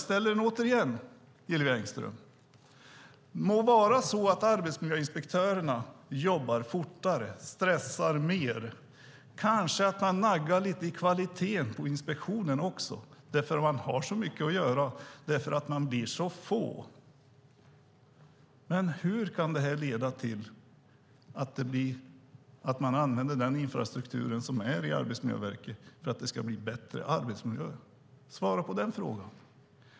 Må vara att arbetsmiljöinspektörerna jobbar fortare, stressar mer, kanske även naggar lite på kvaliteten i inspektionerna eftersom de har så mycket att göra när de är så få. Jag ställer frågan återigen, Hillevi Engström: Hur kan detta leda till att man använder den infrastruktur som finns i Arbetsmiljöverket till att det ska bli bättre arbetsmiljö? Svara på den frågan.